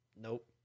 Nope